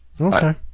Okay